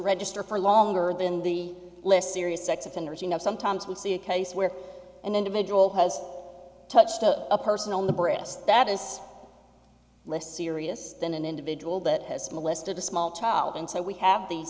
register for longer than the less serious sex offenders you know sometimes we see a case where an individual has touched a person on the breast that is less serious than an individual that has molested a small child and so we have the